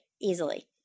easily